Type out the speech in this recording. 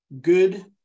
good